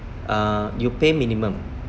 uh you pay minimum